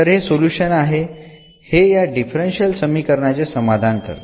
तर हे सोल्युशन आहे हे या डिफरन्शियल समीकरणाचे समाधान करते